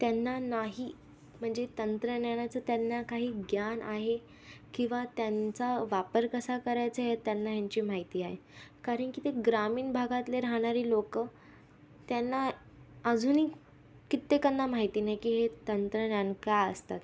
त्यांना नाही म्हणजे तंत्रज्ञानाचं त्यांना काही ज्ञान आहे किंवा त्यांचा वापर कसा करायचा हे त्यांना ह्याची माहिती आहे कारण की ते ग्रामीण भागातले राहणारी लोकं त्यांना अजूनही कित्येकांना माहिती नाही की हे तंत्रज्ञान काय असतात